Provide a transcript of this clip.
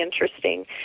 interesting